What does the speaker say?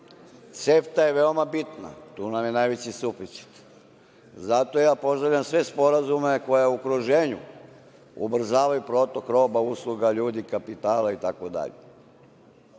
CEFTA je veoma bitna, tu nam je najveći suficit. Zato ja pozdravljam sve sporazume koje u okruženju ubrzavaju protok roba, usluga, ljudi, kapitala itd.